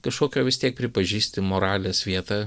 kažkokio vis tiek pripažįsti moralės vietą